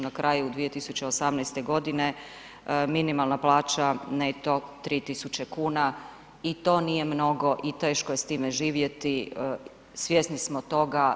Na kraju 2018. godine minimalna plaća neto 3 tisuće kuna i to nije mnogo i teško je s time živjeti, svjesni smo toga.